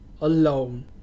Alone